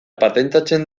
patentatzen